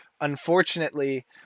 Unfortunately